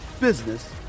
business